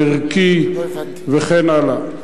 הערכי וכן הלאה.